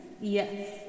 Yes